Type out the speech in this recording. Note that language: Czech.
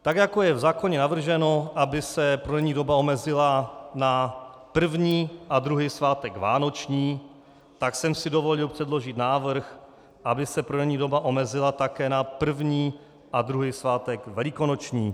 Tak jako je v zákoně navrženo, aby se prodejní doba omezila na první a druhý svátek vánoční, tak jsem si dovolil předložit návrh, aby se prodejní doba omezila také na první a druhý svátek velikonoční.